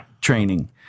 training